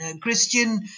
Christian